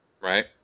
right